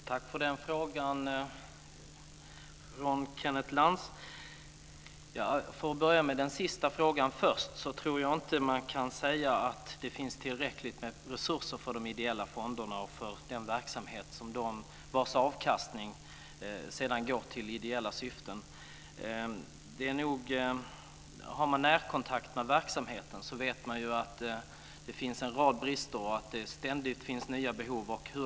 Fru talman! Tack för de frågorna från Kenneth Jag tar den sista frågan först. Jag tror inte att man kan säga att det finns tillräckligt med resurser för de ideella fonderna och för den verksamhet vars avkastning sedan går till ideella syften. Har man närkontakt med verksamheten vet man att det finns en rad brister och att det ständigt finns nya behov.